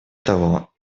того